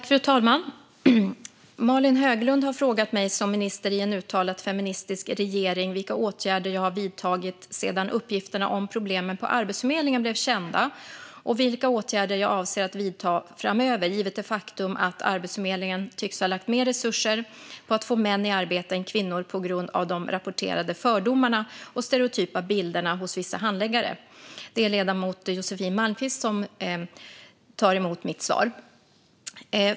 Fru talman! Malin Höglund har frågat mig, som minister i en uttalat feministisk regering, vilka åtgärder jag har vidtagit sedan uppgifterna om problemen på Arbetsförmedlingen blev kända och vilka åtgärder jag avser att vidta framöver givet det faktum att Arbetsförmedlingen tycks ha lagt mer resurser på att få män i arbete än kvinnor på grund av de rapporterade fördomarna och stereotypa bilderna hos vissa handläggare. Det är ledamoten Josefin Malmqvist som tar emot mitt svar.